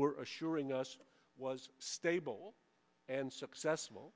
were assuring us was stable and successful